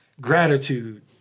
gratitude